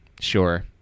sure